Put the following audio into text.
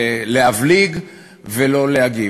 להבליג ולא להגיב.